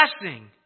blessing